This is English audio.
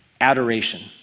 adoration